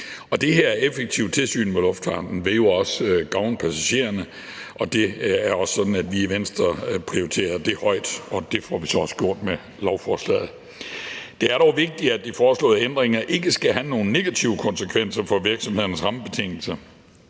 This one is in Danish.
det her effektive tilsyn med luftfarten vil jo også gavne passagererne. Og det er også sådan, at vi i Venstre prioriterer det højt, og det får vi så også gjort med lovforslaget. Det er dog vigtigt, at de foreslåede ændringer ikke skal have nogen negative konsekvenser for virksomhedernes rammebetingelser,